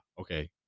okay